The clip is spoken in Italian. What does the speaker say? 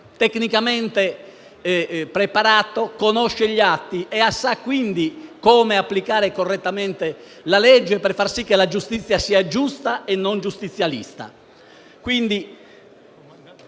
tecnicamente preparato, conosce gli atti e sa quindi come applicare correttamente la legge per far sì che la giustizia sia giusta e non giustizialista.